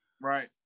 Right